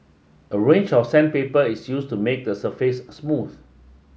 a range of sandpaper is used to make the surface smooth